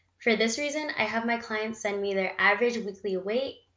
for this reason, i have my clients send me their average weekly weight,